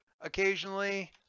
occasionally